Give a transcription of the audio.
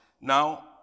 now